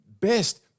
best